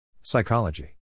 Psychology